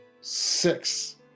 Six